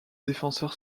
défenseur